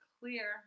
clear